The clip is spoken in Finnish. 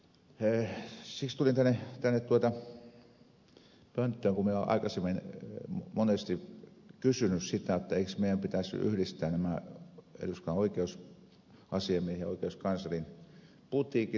siksi tulin tänne pönttöön kun minä olen aikaisemmin monesti kysynyt sitä eikö meidän pitäisi yhdistää nämä eduskunnan oikeusasiamiehen ja oikeuskanslerin putiikit